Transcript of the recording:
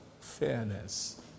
fairness